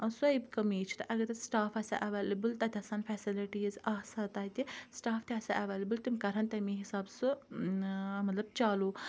سۄے کمی چھِ تہٕ اَگَر تَتہِ سٹاف آسہِ ہا اَویٚلیبل تَتہِ آسَن فیسلٹیز آسہ ہَن تَتہِ سٹاف تہِ آسہِ ہا اَویٚلیبل تِم کَرہَن تمی حِساب سُہ مَطلَب چالوٗ